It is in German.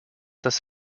das